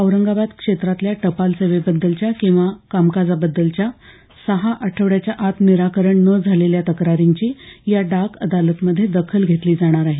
औरंगाबाद क्षेत्रातल्या टपालसेवेबद्दलच्या किंवा कामकाजा बद्दलच्या सहा आठवड्याच्या आत निराकरण न झालेल्या तक्रारींची या डाक अदालतमध्ये दखल घेतली जाणार आहे